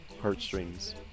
heartstrings